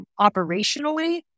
operationally